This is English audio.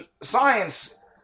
science